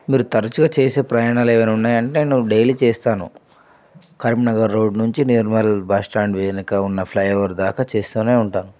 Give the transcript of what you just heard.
మీరు తరచుగా చేసే ప్రయాణాలు ఏమైనా ఉన్నాయా అంటే నువ్వు డెయిలీ చేస్తాను కరీంనగర్ రోడ్ నుంచి నిర్మల్ బస్టాండ్ వెనక ఉన్న ఫ్లైఓవర్ దాకా చేస్తూనే ఉంటాను